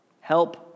help